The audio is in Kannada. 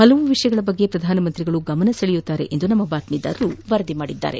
ಹಲವಾರು ವಿಷಯಗಳ ಬಗ್ಗೆ ಪ್ರಧಾನಮಂತ್ರಿ ಗಮನ ಸೆಳೆಯಲಿದ್ದಾರೆ ಎಂದು ನಮ್ನ ಬಾತ್ತೀದಾರರು ವರದಿ ಮಾಡಿದ್ದಾರೆ